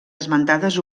esmentades